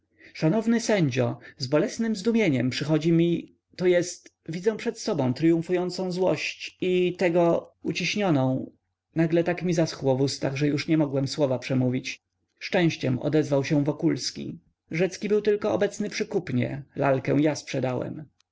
szanowny sędzio z bolesnem zdumieniem przychodzi mi to jest widzę przed sobą tryumfującą złość i tego uciśnioną nagle tak mi zaschło w ustach że już nie mogłem słowa przemówić szczęściem odezwał się wokulski rzecki był tylko obecny przy kupnie lalkę ja sprzedałem